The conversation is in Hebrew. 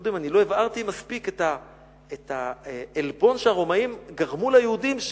קודם אני לא הבהרתי מספיק את העלבון שהרומאים גרמו ליהודים,